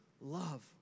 love